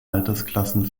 altersklassen